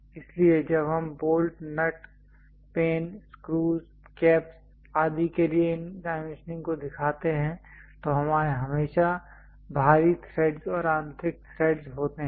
इसलिए जब हम bolt nut pan screws caps आदि के लिए इन डाइमेंशनिंग को दिखाते हैं तो हमेशा बाहरी थ्रेडस् और आंतरिक थ्रेडस् होते हैं